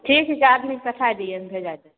ठीक छै आदमीके पठाए दियौ भेजाए देब